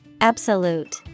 Absolute